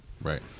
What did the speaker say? right